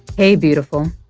hey, beautiful.